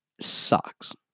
sucks